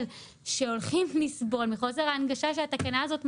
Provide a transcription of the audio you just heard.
שהולכים לסבול בגלל חוסר ההנגשה שהתקנה הזאת מעבירה.